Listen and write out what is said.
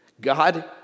God